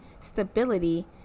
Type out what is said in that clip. stability